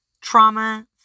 Trauma